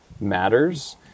matters